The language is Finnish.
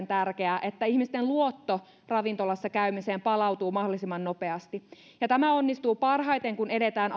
tärkeää että ihmisten luotto ravintolassa käymiseen palautuu mahdollisimman nopeasti tämä onnistuu parhaiten kun edetään